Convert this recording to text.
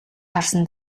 харсан